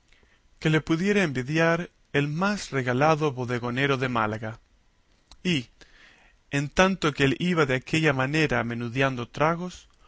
que le pudiera envidiar el más regalado bodegonero de málaga y en tanto que él iba de aquella manera menudeando tragos